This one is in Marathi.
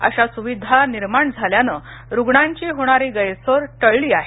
अशा सुविधा निर्माण झाल्याने रुग्णांची होणारी गैरसोय टळली आहे